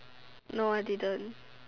no I didn't